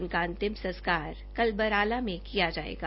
उनका अंतिम संस्कर कल बराला में किया जायेगा